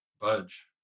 budge